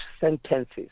sentences